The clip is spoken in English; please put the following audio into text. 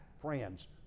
friends